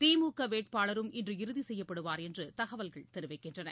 திமுக வேட்பாளரும் இன்று இறுதி செய்யப்படுவார் என்று தகவல்கள் தெரிவிக்கின்றன